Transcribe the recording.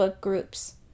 groups